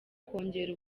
kongera